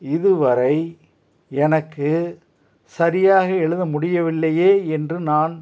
இதுவரை எனக்கு சரியாக எழுத முடியவில்லையே என்று நான்